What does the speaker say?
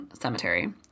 Cemetery